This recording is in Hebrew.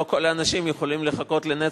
לא כל האנשים יכולים לחכות לנצח,